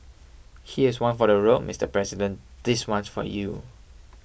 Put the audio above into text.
here's one for the road Mister President this one's for you